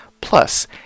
plus